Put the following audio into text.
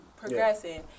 progressing